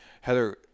Heather